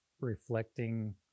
reflecting